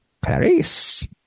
paris